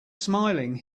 smiling